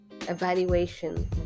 evaluation